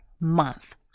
month